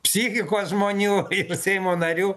psichikos žmonių ypač seimo narių